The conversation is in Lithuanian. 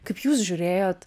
kaip jūs žiūrėjot